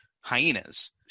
hyenas